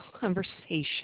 conversation